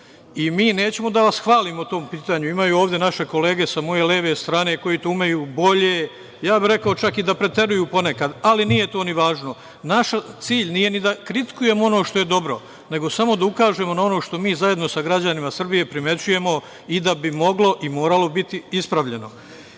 Mi nećemo da vas hvalimo po tom pitanju. Imaju ovde naše kolege sa moje leve strane koji to umeju bolje, rekao bih i da preteruju ponekad, ali to nije važno. Naš cilj nije ni da kritikujemo ono što je dobro, nego samo da ukažemo na ono što zajedno sa građanima Srbije primećujemo i da bi moglo i moralo biti ispravljeno. Ovo